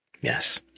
Yes